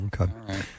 Okay